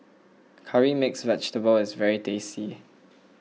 Curry Mixed Vegetable is very tasty